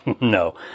No